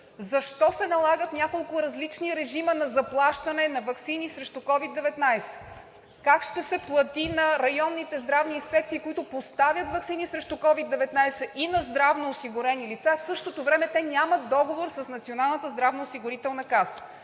защо се налагат няколко различни режима на заплащане на ваксини срещу COVID 19? Как ще се плати на районните здравни инспекции, които поставят ваксини срещу COVID-19 на здравноосигурени лица, а в същото време нямат договор с Националната здравноосигурителна каса?!